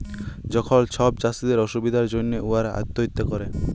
যখল ছব চাষীদের অসুবিধার জ্যনহে উয়ারা আত্যহত্যা ক্যরে